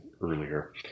earlier